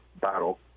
battle